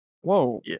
Whoa